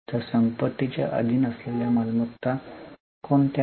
तर संपत्तीच्या अधीन असलेल्या मालमत्ता कोणत्या आहेत